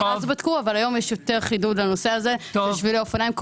גם אז בדקו אבל היום יש יותר חידוד על הנושא הזה של שבילי אופניים,